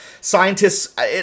scientists